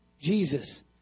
jesus